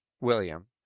William